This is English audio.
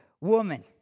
Woman